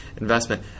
investment